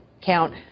count